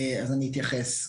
אז אני אתייחס.